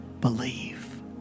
believe